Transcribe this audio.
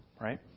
right